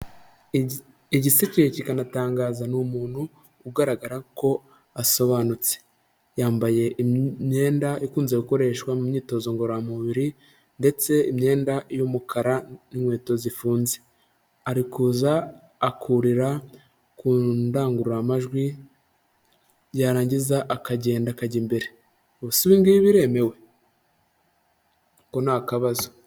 Igisekeje, kikanatangaza ni umuntu ugaragara ko asobanutse, yambaye imyenda ikunze gukoreshwa mu myitozo ngororamubiri ndetse imyenda y'umukara n'inkweto zifunze, ari kuza akurira ku ndangururamajwi, yarangiza akagenda akajya imbere, ubu se ibi ngibi biremewe? Ako ni akabazo.